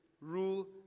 rule